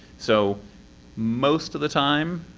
so most of the time,